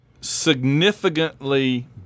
significantly